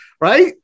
right